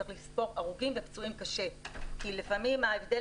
צריך לספור הרוגים ופצועים קשה כי לפעמים ההבדל